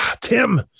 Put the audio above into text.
Tim